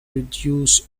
reduce